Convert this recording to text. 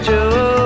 Joe